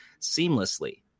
seamlessly